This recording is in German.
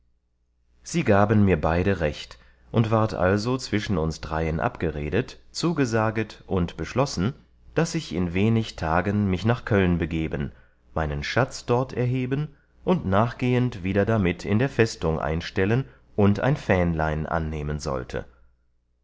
sie gaben mir beide recht und ward also zwischen uns dreien abgeredet zugesaget und beschlossen daß ich in wenig tagen mich nach köln begeben meinen schatz dort erheben und nachgehend wieder damit in der festung einstellen und ein fähnlein annehmen sollte